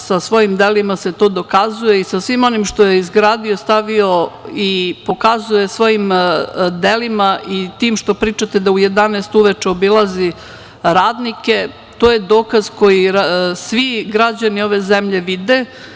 Sa svojim delima se to dokazuje i sa svim onim što je izgradio, i pokazuje svojim delima, i tim što pričate da u 11 uveče obilazi radnike, to je dokaz koji svi građani ove zemlje vide.